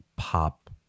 pop